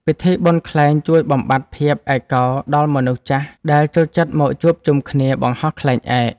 ពិធីបុណ្យខ្លែងជួយបំបាត់ភាពឯកោដល់មនុស្សចាស់ដែលចូលចិត្តមកជួបជុំគ្នាបង្ហោះខ្លែងឯក។